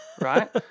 Right